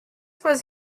was